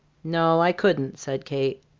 no, i couldn't, said kate.